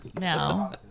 No